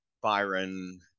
Byron